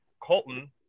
Colton